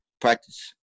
practice